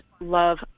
love